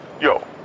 Yo